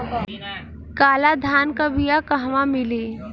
काला धान क बिया कहवा मिली?